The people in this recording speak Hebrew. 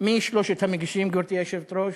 מי שלושת המגישים, גברתי היושבת-ראש?